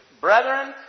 brethren